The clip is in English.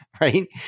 right